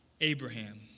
Abraham